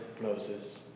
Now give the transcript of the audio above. Moses